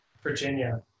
Virginia